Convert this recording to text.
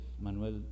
Manuel